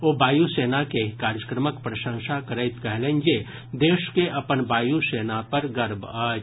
ओ वायु सेनाक एहि कार्यक्रमक प्रशंसा करैत कहलनि जे देश के अपन वायु सेना पर गर्व अछि